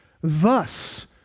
thus